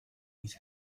his